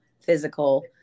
physical